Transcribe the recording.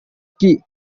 key